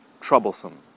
troublesome